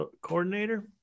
coordinator